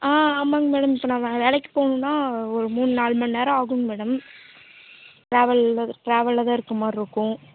ஆ ஆமாங்க மேடம் இப்போ நான் வேலைக்கு போகணுன்னா ஒரு மூனு நாலுமணி நேரம் ஆகும்ங்க மேடம் ட்ராவல்ல ட்ராவல்ல தான் இருக்கமாதிரி இருக்கும்